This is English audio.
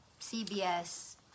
CBS